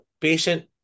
patient